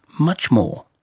much more.